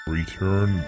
Return